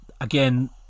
again